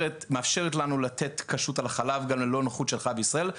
מאפשר לנו לתת כשרות על החלב גם ללא נוכחות של חלב ישראל.